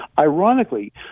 Ironically